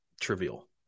trivial